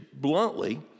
bluntly